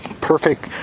perfect